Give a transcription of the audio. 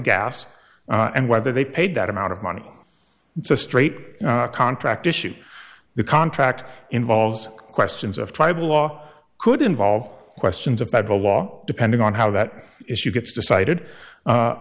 gas and whether they paid that amount of money it's a straight contract issue the contract involves questions of tribal law could involve questions of federal law depending on how that issue gets decided